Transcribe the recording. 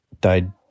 died